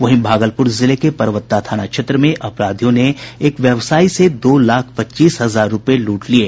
वहीं भागलपुर जिले के परबत्ता थाना क्षेत्र में अपराधियों ने एक व्यवसायी से दो लाख पच्चीस हजार रुपये लूट लिये